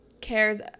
cares